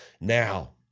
Now